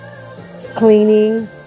cleaning